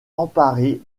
emparée